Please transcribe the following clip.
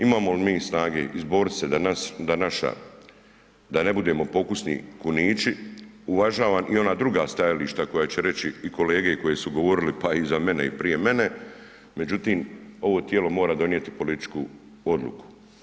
Imamo li mi snage izborit se danas da naša, da ne budemo pokusni kunići, uvažam i ona druga stajališta koja će reći i kolege koje su govorili pa iza mene i prije mene, međutim, ovo tijelo mora donijeti političku odluku.